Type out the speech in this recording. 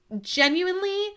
genuinely